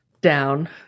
Down